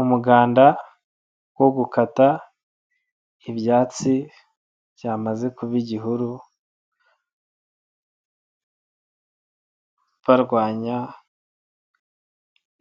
Umuganda wo gukata ibyatsi byamaze kuba igihuru barwanya